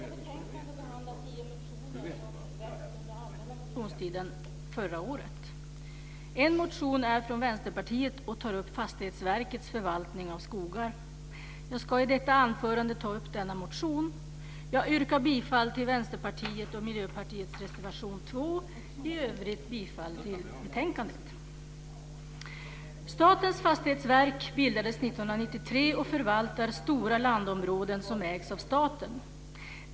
Fru talman! Detta betänkande behandlar tio motioner som väckts under allmänna motionstiden förra året. En motion är från Vänsterpartiet och tar upp Fastighetsverkets förvaltning av skogar. Jag ska i detta anförande ta upp denna motion. Jag yrkar bifall till Vänsterpartiets och Miljöpartiets reservation 2, i övrigt bifall till förslagen i betänkandet. Statens fastighetsverk bildades 1993 och förvaltar stora landområden som ägs av staten.